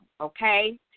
okay